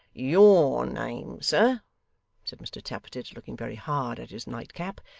your name, sir said mr tappertit, looking very hard at his nightcap,